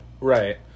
Right